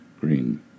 Green